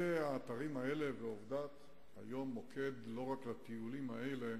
האתרים האלה ועבדת הם היום מוקד לא רק לטיולים האלה